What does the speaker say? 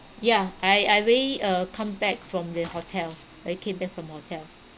yeah I I already uh come back from the hotel I came back from hotel